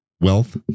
wealth